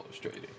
trading